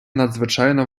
надзвичайно